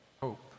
hope